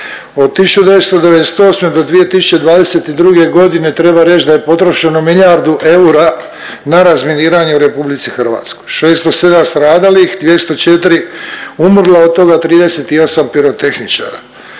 Od 1998. do 2022.g. treba reć da je potrošeno milijardu eura na razminiranje u RH, 607 stradalih, 204 umrlo, od toga 38 pirotehničara.